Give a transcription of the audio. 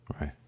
Right